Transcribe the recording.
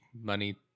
money